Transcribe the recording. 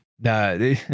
No